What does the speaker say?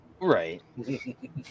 Right